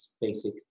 basic